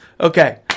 Okay